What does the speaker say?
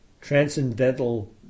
transcendental